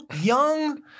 young